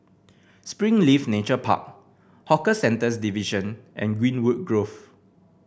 Springleaf Nature Park Hawker Centres Division and Greenwood Grove